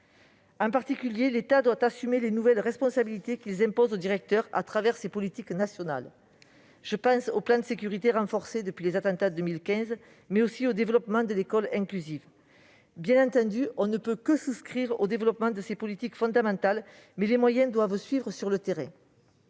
en particulier assumer les nouvelles responsabilités qu'il impose aux directeurs au travers de ses politiques nationales. Je pense aux plans de sécurité renforcés depuis les attentats de 2015, mais aussi au développement de l'école inclusive. Bien entendu, on ne peut que souscrire au développement de ces politiques fondamentales, mais les moyens doivent suivre sur le terrain.